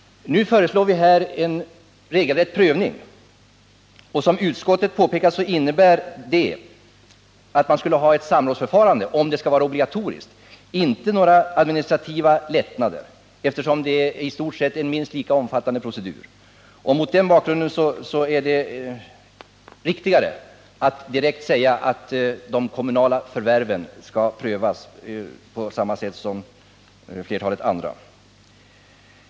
Nu föreslår vi en regelrätt prövning, och som utskottet påpekar innebär ett obligatoriskt samrådsförfarande inte några administrativa lättnader eftersom det är en minst lika omfattande procedur. Mot den bakgrunden är det riktigare att direkt säga att de kommunala förvärven skall prövas på samma sätt som flertalet andra.